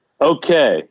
Okay